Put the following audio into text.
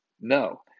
No